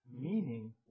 meaning